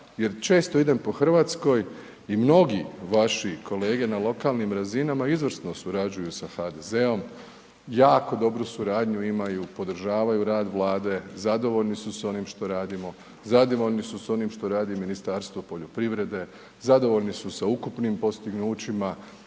jer često idem po RH i mnogi vaši kolege na lokalnim razinama izvrsno surađuju sa HDZ-om, jako dobru suradnju imaju, podržavaju rad Vlade, zadovoljni su s onim što radimo, zadovoljni su s onim što radi Ministarstvo poljoprivrede, zadovoljni su sa ukupnim postignućima,